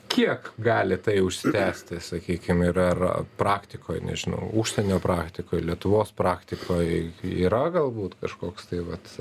kiek gali tai užsitęsti sakykim ir ar praktikoj nežinau užsienio praktikoj lietuvos praktikoj yra galbūt kažkoks tai vat